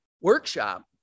workshop